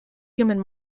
human